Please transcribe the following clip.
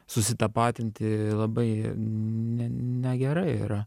susitapatinti labai n negerai yra